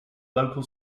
local